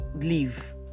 Leave